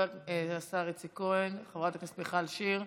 השר איציק כהן, חברת הכנסת מיכל שיר.